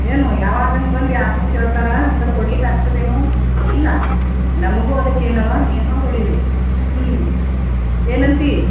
ಏನು ಯಾವಾಗನ ಬಂದು ಯಾರನು ಕೇಳ್ತರ ಅಂದ್ರೆ ಕೊಡಲಿಕಾಗ್ತದೇನು ಇಲ್ಲ ನಮಗು ಅದಕ್ಕೇನವ ನಿಯಮಗಳಿವೆ ಹ್ಞೂ ಏನಂತಿ